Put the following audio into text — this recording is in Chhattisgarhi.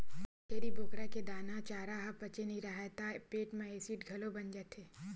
छेरी बोकरा के दाना, चारा ह पचे नइ राहय त पेट म एसिड घलो बन जाथे